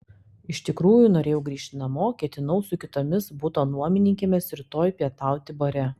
iš tikrųjų norėjau grįžti namo ketinau su kitomis buto nuomininkėmis rytoj pietauti bare